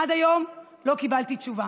עד היום לא קיבלתי תשובה.